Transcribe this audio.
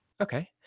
okay